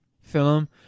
film